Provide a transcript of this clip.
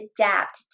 adapt